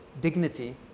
dignity